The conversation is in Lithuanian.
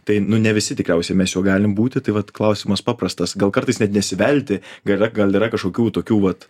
tai nu ne visi tikriausiai mes juo galim būti tai vat klausimas paprastas gal kartais net nesivelti gal yra gal yra kažkokių tokių vat